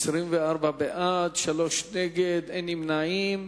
24 בעד, שלושה נגד, אין נמנעים.